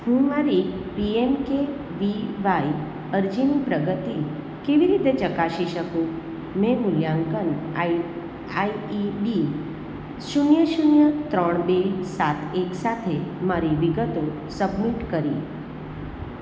હું મારી પીએમકેવિવાય અરજીની પ્રગતિ કેવી રીતે ચકાસી શકું મેં મૂલ્યાંકન આઇઆઇઇબી શૂન્ય શૂન્ય ત્રણ બે સાત એક સાથે મારી વિગતો સબમિટ કરી